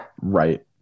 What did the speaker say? right